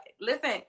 listen